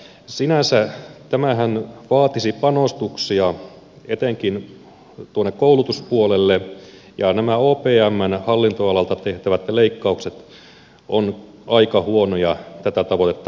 sinänsä tämähän vaatisi panostuksia etenkin tuonne koulutuspuolelle ja nämä opmn hallinnonalalta tehtävät leikkaukset ovat aika huonoja tätä tavoitetta ajatellen